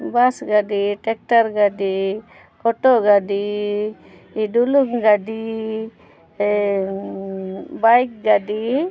ᱵᱟᱥ ᱜᱟᱹᱰᱤ ᱴᱮᱠᱴᱟᱨ ᱜᱟᱹᱰᱤ ᱚᱴᱳ ᱜᱟᱹᱰᱤ ᱰᱩᱞᱩᱝ ᱜᱟᱹᱰᱤ ᱵᱟᱭᱤᱠ ᱜᱟᱹᱰᱤ